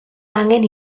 angen